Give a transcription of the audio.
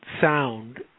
sound